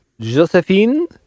Josephine